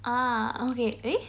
ah okay eh